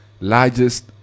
largest